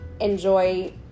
enjoy